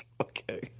Okay